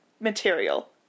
material